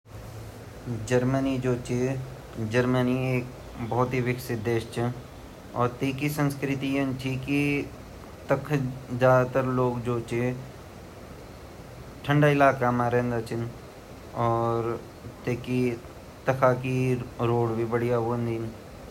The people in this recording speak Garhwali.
जर्मनी मा जु ची मॉडरेट मौसम वोंदु अर वख जर्मनी ब्वोली जांदी जू हिटलर ची उ भी जर्मनी छो अर जर्मनी मा जु रोड छीन मकान ची भोत सुन्दर सुन्दर ल्वोक वो देखनते जांद।